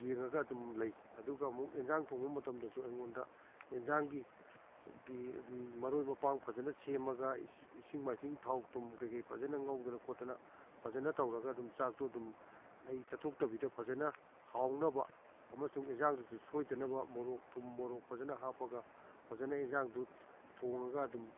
ꯌꯦꯡꯉꯒ ꯑꯗꯨꯝ ꯂꯩ ꯑꯗꯨꯒ ꯑꯃꯨꯛ ꯌꯦꯟꯁꯥꯡ ꯊꯣꯡꯕ ꯃꯇꯝꯗꯁꯨ ꯑꯩꯉꯣꯟꯗ ꯌꯦꯟꯁꯥꯡꯒꯤ ꯒꯤ ꯃꯔꯣꯏ ꯃꯄꯥꯡ ꯐꯖꯅ ꯁꯦꯝꯃꯒ ꯏꯁꯤꯡ ꯃꯥꯏꯁꯤꯡ ꯊꯥꯎ ꯊꯨꯝ ꯀꯩꯀꯩ ꯐꯖꯅ ꯉꯧꯗꯅ ꯈꯣꯠꯇꯅ ꯐꯖꯟ ꯇꯧꯔꯒ ꯑꯗꯨꯝ ꯆꯥꯛꯇꯨ ꯑꯗꯨꯝ ꯑꯩ ꯆꯠꯊꯣꯛꯇꯕꯤꯗ ꯐꯖꯅ ꯍꯥꯎꯅꯕ ꯑꯃꯁꯨꯡ ꯌꯦꯟꯁꯥꯡꯗꯨꯁꯨ ꯁꯣꯏꯗꯅꯕ ꯃꯣꯔꯣꯛ ꯊꯨꯝ ꯃꯣꯔꯣꯛ ꯐꯖꯅ ꯍꯥꯞꯄꯒ ꯐꯖꯅ ꯌꯦꯟꯁꯥꯡꯗꯨ ꯊꯣꯡꯉꯒ ꯑꯗꯨꯝ